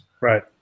Right